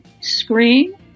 screen